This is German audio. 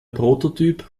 prototyp